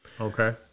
Okay